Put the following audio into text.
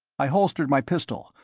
i holstered my pistol,